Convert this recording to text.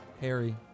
Harry